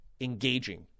engaging